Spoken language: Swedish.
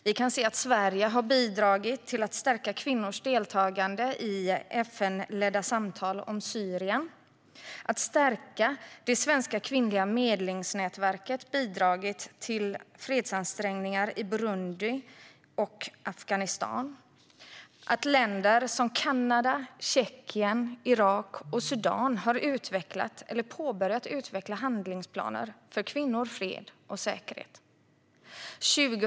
Vi kan se att Sverige har bidragit till att stärka kvinnors deltagande i FN-ledda samtal om Syrien, att det svenska kvinnliga medlingsnätverket har bidragit till fredsansträngningar i Burundi och Afghanistan och att länder som Kanada, Tjeckien, Irak och Sudan har utvecklat eller börjat utveckla handlingsplaner för kvinnor, fred och säkerhet.